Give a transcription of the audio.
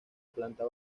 planta